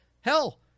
hell